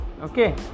okay